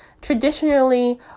traditionally